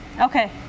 Okay